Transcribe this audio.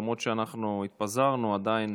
למרות שאנחנו התפזרנו, עדיין